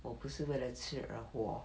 我不是为了吃而活